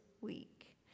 week